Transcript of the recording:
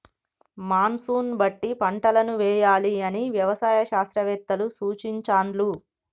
monsoon బట్టి పంటలను వేయాలి అని వ్యవసాయ శాస్త్రవేత్తలు సూచించాండ్లు